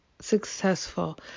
successful